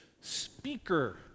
speaker